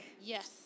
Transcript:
Yes